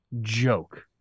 joke